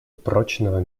прочного